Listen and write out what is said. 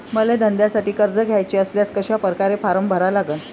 मले धंद्यासाठी कर्ज घ्याचे असल्यास कशा परकारे फारम भरा लागन?